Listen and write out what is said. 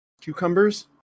Cucumbers